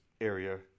area